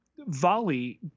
volley